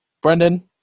Brendan